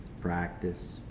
practice